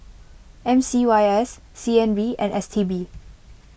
M C Y S C N B and S T B